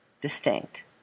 distinct